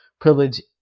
privilege